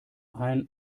ein